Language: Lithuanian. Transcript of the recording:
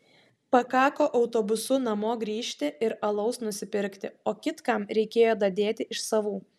pakako autobusu namo grįžti ir alaus nusipirkti o kitkam reikėjo dadėti iš savų